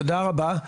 תודה רבה.